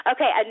Okay